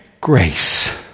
grace